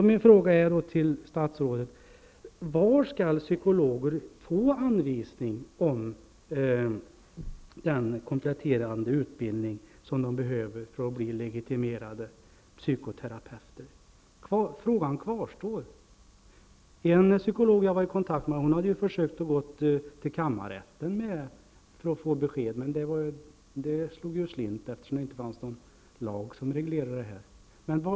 Min fråga till statsrådet blir: Var skall psykologer få anvisning om den kompletterande utbildning som de behöver för att bli legitimerade psykoterapeuter? Frågan kvarstår. En psykolog som jag var i kontakt med hade vänt sig till kammarrätten för att få besked, men det slog ju slint, eftersom det inte finns någon lag som reglerar det här.